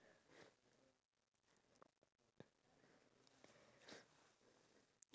we always keep that like vibe where there's always a activity for us to do